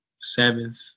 seventh